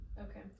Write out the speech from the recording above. Okay